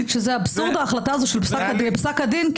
--- זה אבסורד ההחלטה הזאת של פסק הדין,